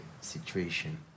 situation